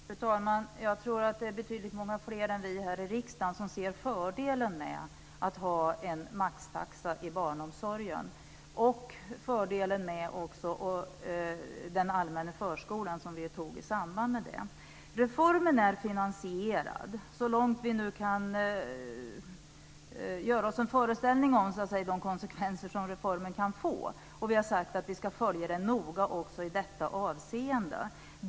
Fru talman! Jag tror att det är betydligt fler än vi här i riksdagen som ser fördelen med att ha en maxtaxa i barnomsorgen - och också fördelen med den allmänna förskolan, som vi beslutade om i samband med detta. Reformen är finansierad så långt vi nu kan göra oss en föreställning av de konsekvenser som reformen kan få. Vi har också sagt att vi ska följa den noga i detta avseende.